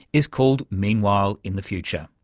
is called meanwhile in the future.